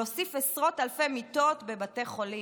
להוסיף עשרות אלפי מיטות בבתי חולים,